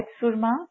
Surma